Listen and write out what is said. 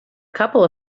couple